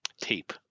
Tape